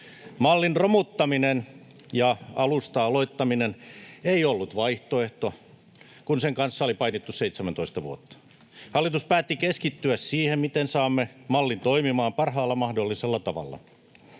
Mallin romuttaminen ja alusta aloittaminen ei ollut vaihtoehto, kun sen kanssa oli painittu 17 vuotta. Hallitus päätti keskittyä siihen, miten saamme mallin toimimaan parhaalla mahdollisella tavalla.